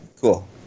cool